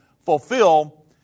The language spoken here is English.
fulfill